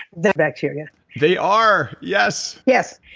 that's bacteria they are, yes yes,